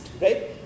right